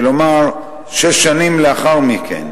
כלומר שש שנים לאחר מכן.